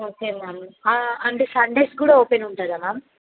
okay ma'am అంటే Sundays కూడా open ఉంటుందా మ్యామ్